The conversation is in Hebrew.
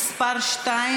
עמיר פרץ,